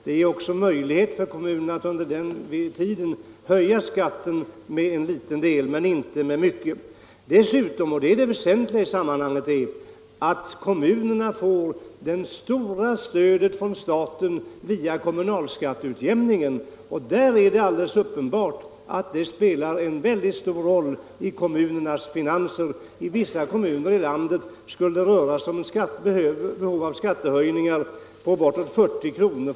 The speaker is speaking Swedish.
Det finns också möjlighet för kommunerna att under den tiden höja skatten med en liten del, men inte med mycket. Dessutom -— och det är det väsentliga i sammanhanget —- får kommunerna det stora stödet från staten via kommunalskatteutjämningen. Det är alldeles uppenbart att det spelar en mycket stor roll i kommunernas finanser. I vissa kommuner i landet skulle det röra sig om behov av skattehöjningar på bortåt 40 kr.